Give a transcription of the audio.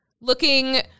looking